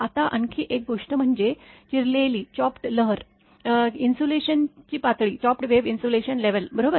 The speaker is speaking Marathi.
आता आणखी एक गोष्ट म्हणजे चिरलेली लहरी इन्सुलेशन ची पातळी बरोबर